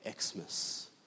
Xmas